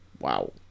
Wow